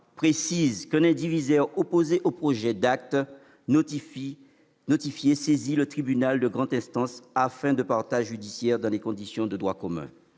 préciser qu'un indivisaire opposé au projet d'acte notifié saisit le tribunal de grande instance à fin de partage judiciaire dans les conditions de droit commun.